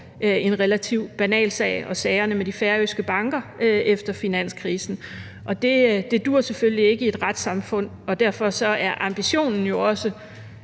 en relativt banal sag. Og der er sagerne med de færøske banker efter finanskrisen. Det duer selvfølgelig ikke i et retssamfund, og derfor er ambitionen jo også